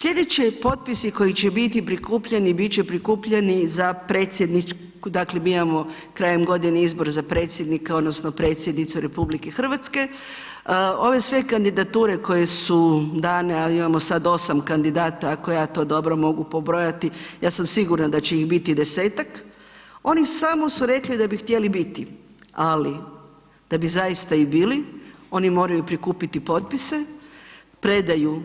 Slijedeće je potpis koji će biti prikupljeni, bit će prikupljeni za Predsjednicu, dakle mi imamo krajem godine izbor za Predsjednika odnosno Predsjednicu RH, ove sve kandidature koje su dane a imamo sad 8 kandidata ako ja to dobro mogu pobrojati, ja sam sigurna da će ih biti 10-ak, oni samo su rekli da bi htjeli biti ali bi zaista i bili, oni moraju prikupiti potpise, predaju